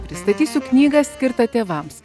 pristatysiu knygą skirtą tėvams